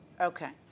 Okay